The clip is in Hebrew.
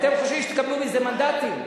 אתם חושבים שתקבלו מזה מנדטים.